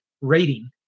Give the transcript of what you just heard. rating